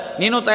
nino